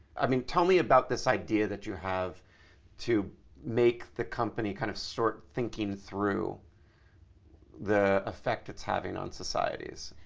i mean, tell me about this idea that you have to make the company kind of start thinking through the effect it's having on societies.